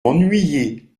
m’ennuyez